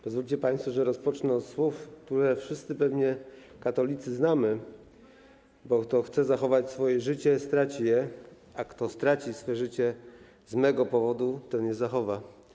Pozwólcie państwo, że rozpocznę od słów, które wszyscy katolicy pewnie znają: bo kto chce zachować swoje życie, straci je, a kto straci swe życie z mego powodu, ten je zachowa.